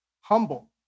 Humble